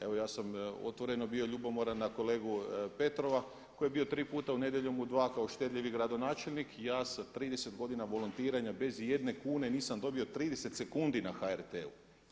Evo ja sam otvoreno bio ljubomoran na kolegu Petrova koji je bio tri puta u „Nedjeljom u 2“ kao štedljivi gradonačelnik, ja sa 30 godina volontiranja bez ijedne kune nisam dobio 30 sekundi na HRT-u.